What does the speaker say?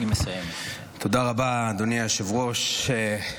תודה רבה, אדוני היושב-ראש.